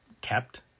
kept